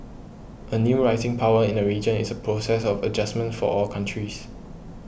a new rising power in the region is a process of adjustment for all countries